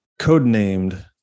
codenamed